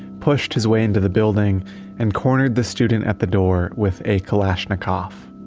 pushed his way into the building and cornered the student at the door with a kalashnikov.